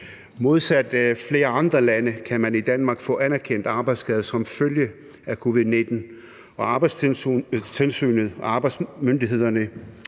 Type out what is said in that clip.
Modsat flere andre lande kan man i Danmark få anerkendt en arbejdsskade som følge af covid-19, og Arbejdstilsynet og arbejdsskademyndighederne